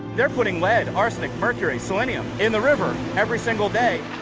they're putting lead, arsenic, mercury, selenium, in the river, every single day.